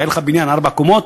היה לך בניין של ארבע קומות,